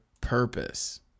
purpose